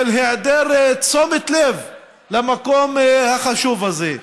של היעדר תשומת לב למקום החשוב הזה.